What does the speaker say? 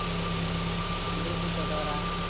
ᱦᱟᱺᱰᱤ ᱵᱚ ᱪᱚᱰᱚᱨᱟ